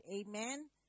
Amen